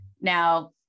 Now